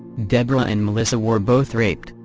debra and melissa were both raped,